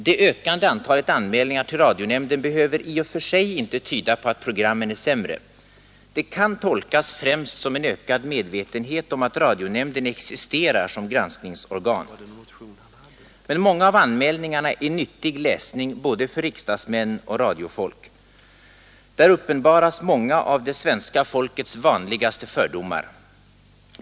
Det ökande antalet anmälningar till radionämnden behöver i och för sig inte tyda på att programmen är sämre. Det kan tolkas främst som en ökad medvetenhet om att radionämnden existerar som granskningsorgan. Men många av anmälningarna är nyttig läsning för både riksdagsmän och radiofolk. Där uppenbaras många av det svenska folkets vanligaste fördomar.